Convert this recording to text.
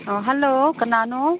hello ꯀꯅꯥꯅꯣ